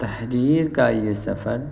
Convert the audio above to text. تحریر کا یہ سفر